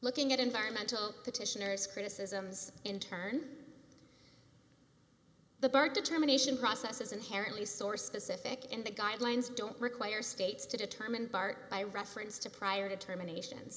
looking at environmental petitioners criticisms in turn the bird determination process is inherently source specific and the guidelines don't require states to determine part by reference to prior to termination